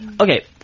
Okay